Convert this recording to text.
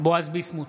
בועז ביסמוט,